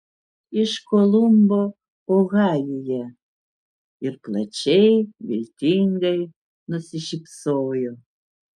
iš kolumbo ohajuje ir plačiai viltingai nusišypsojo